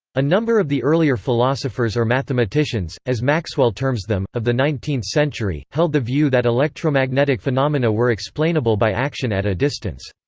a number of the earlier philosophers or mathematicians, as maxwell terms them, of the nineteenth century, held the view that electromagnetic phenomena were explainable by action at a distance.